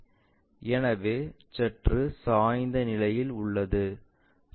எனவே சற்று சாய்ந்த நிலையில் உள்ளது